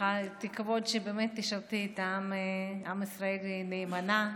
תקוות שבאמת תשרתי את עם ישראל נאמנה,